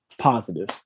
positive